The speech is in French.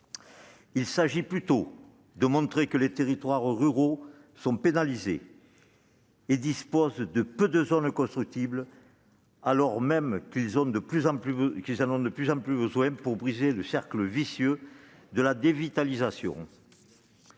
Il s'agit plutôt de montrer que les territoires ruraux sont pénalisés et disposent de peu de zones constructibles alors même qu'ils en ont de plus en plus besoin pour briser le cercle vicieux de la dévitalisation.